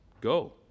go